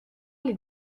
les